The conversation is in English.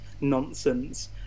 nonsense